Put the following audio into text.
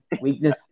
weakness